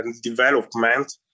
development